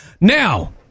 Now